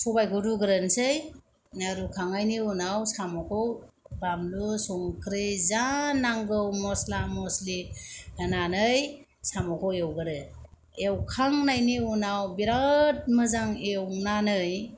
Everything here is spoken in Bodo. सबायखौ रुग्रोनसै रुखांनायनि उनाव साम'खौ बानलु संख्रि जा नांगौ मसला मस्लि होनानै साम'खौ एवगोरो एवखांनायन उनाव बिराद मोजां एवनानै